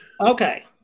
Okay